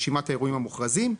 רשימת האירועים המוכרזים,